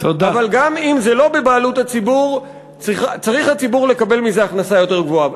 אבל גם אם זה לא בבעלות הציבור צריך הציבור לקבל מזה הכנסה יותר גבוהה.